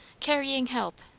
carrying help,